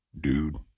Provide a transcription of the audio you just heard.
Dude